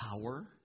power